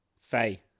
Faye